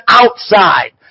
outside